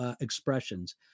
expressions